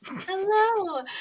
Hello